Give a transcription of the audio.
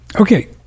Okay